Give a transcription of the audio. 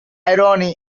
irony